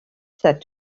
said